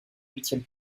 huitième